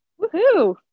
Woohoo